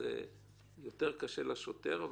שזה יותר קשה לשוטר,